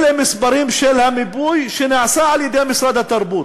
אלה מספרים של המיפוי שנעשה על-ידי משרד התרבות.